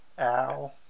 Ow